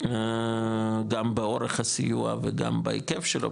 גם באורך הסיוע וגם בהיקף שלו,